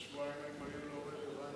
לפני שבועיים הם היו לא רלוונטיים.